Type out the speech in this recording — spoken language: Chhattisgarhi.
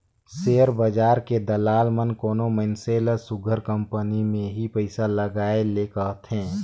सेयर बजार के दलाल मन कोनो मइनसे ल सुग्घर कंपनी में ही पइसा लगाए ले कहथें